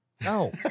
No